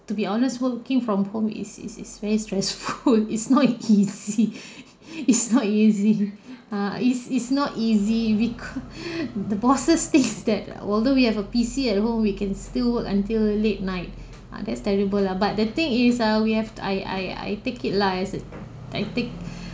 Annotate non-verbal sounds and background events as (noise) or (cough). to be honest working from home is is is very stressful (laughs) it's not easy it's not easy ah is is not easy week (breath) the bosses think that (laughs) although we have a P_C at home we can still work until late night ah that's terrible lah but the thing is err we have I I take it lah as a I take (breath)